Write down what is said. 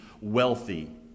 wealthy